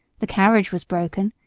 the carriage was broken,